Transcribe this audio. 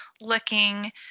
looking